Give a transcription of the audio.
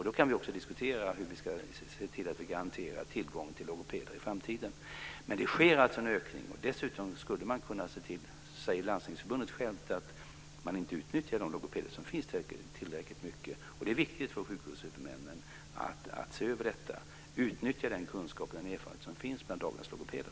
Då kan vi också diskutera hur vi ska garantera att vi har tillgång till logopeder i framtiden. Men det sker alltså en ökning. Dessutom säger Landstingsförbundet självt att man inte utnyttjar de logopeder som finns tillräckligt mycket. Det är viktigt för sjukvårdshuvudmännen att se över detta och utnyttja den kunskap och erfarenhet som finns bland dagens logopeder.